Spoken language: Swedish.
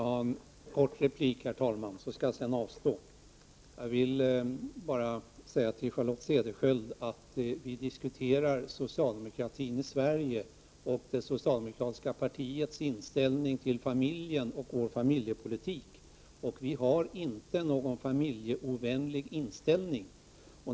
Herr talman! Jag skall bara kort replikera till Charlotte Cederschiöld att vi diskuterar socialdemokratin i Sverige och det socialdemokratiska partiets inställning till familjen och vår familjepolitik. Vi har inte någon familjeovänlig inställning.